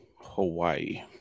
Hawaii